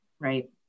right